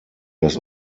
das